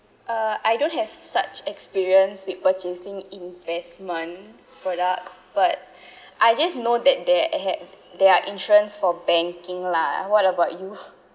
uh I don't have such experience with purchasing investment products but I just know that they had their insurance for banking lah what about you